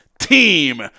Team